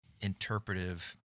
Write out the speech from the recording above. interpretive